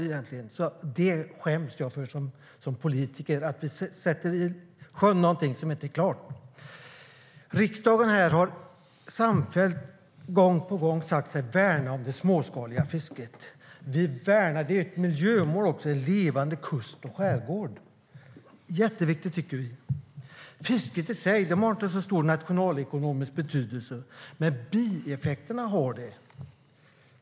Som politiker skäms jag för att vi sätter något i sjön som inte är klart. Riksdagen har samfällt, gång på gång, sagt sig värna det småskaliga fisket. Det är också ett miljömål - en levande kust och skärgård. Det är jätteviktigt, tycker vi. Fisket i sig har inte så stor nationalekonomisk betydelse, men bieffekterna har det.